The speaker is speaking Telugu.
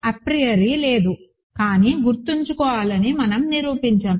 అప్రయోరి లేదు కానీ గుర్తుంచుకోవాలని మనం నిరూపించాము